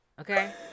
Okay